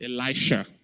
Elisha